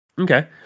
okay